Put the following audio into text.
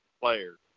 players